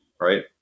Right